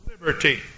liberty